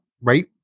Right